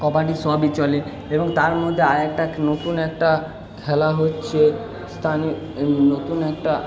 কবাডি সবই চলে এবং তার মধ্যে আরেকটা নতুন একটা খেলা হচ্ছে নতুন একটা